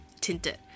tinted